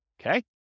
Okay